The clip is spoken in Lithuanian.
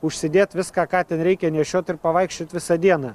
užsidėt viską ką ten reikia nešiot ir pavaikščiot visą dieną